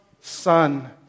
Son